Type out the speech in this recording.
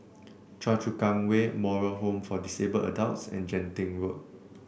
Choa Chu Kang Way Moral Home for Disabled Adults and Genting Road